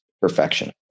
perfection